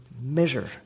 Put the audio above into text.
measure